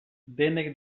denek